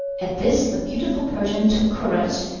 at this the beautiful persian took courage,